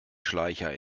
schleicher